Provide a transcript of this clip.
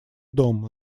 дом